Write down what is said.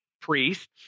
priests